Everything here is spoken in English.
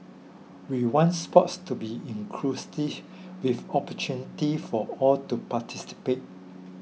we want sports to be with opportunities for all to participate